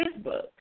Facebook